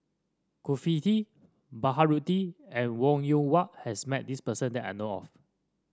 Baharudin and Wong Yoon Wah has met this person that I know of